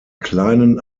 kleinen